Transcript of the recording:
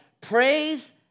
Praise